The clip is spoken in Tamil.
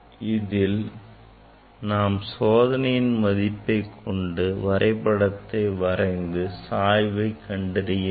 எனவே நாம் சோதனைகளின் மதிப்பைக் கொண்டு வரைபடத்தை வரைந்து சாய்வை கண்டறிய வேண்டும்